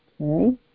okay